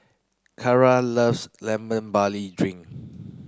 Carra loves lemon barley drink